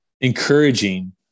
encouraging